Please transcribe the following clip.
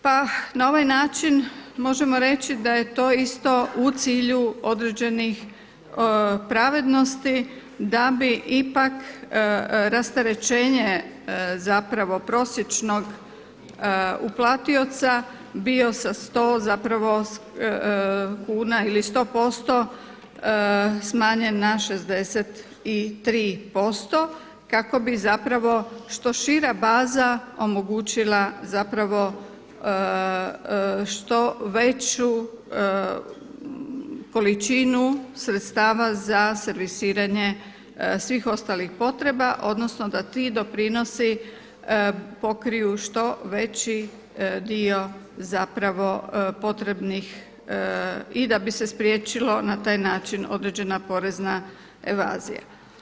Pa na ovaj način možemo reći da je to isto u cilju određenih pravednosti da bi ipak rasterećenje zapravo prosječnog uplatioca bio sa 100 zapravo kuna ili 100% smanjen na 63% kako bi zapravo što šira baza omogućila zapravo što veću količinu sredstava za servisiranje svih ostalih potreba odnosno da ti doprinosi pokriju što veći dio zapravo potrebnih, i da bi se spriječilo na taj način određena porezna evazija.